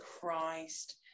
christ